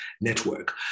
network